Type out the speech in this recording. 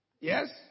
Yes